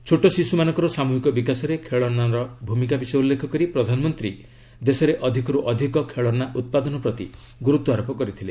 ଛୋଟ ଶିଶୁମାନଙ୍କର ସାମୁହିକ ବିକାଶରେ ଖେଳନାର ଭୂମିକା ବିଷୟ ଉଲ୍ଲ୍ରେଖ କରି ପ୍ରଧାନମନ୍ତ୍ରୀ ଦେଶରେ ଅଧିକରୁ ଅଧିକ ଖେଳନା ଉତ୍ପାଦନ ପ୍ରତି ଗୁରୁତ୍ୱାରୋପ କରିଥିଲେ